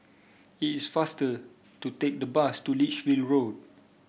it's faster to take the bus to Lichfield Road